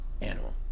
animal